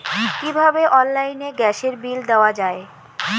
কিভাবে অনলাইনে গ্যাসের বিল দেওয়া যায়?